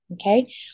okay